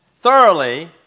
thoroughly